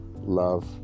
love